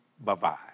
bye-bye